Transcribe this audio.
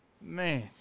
Man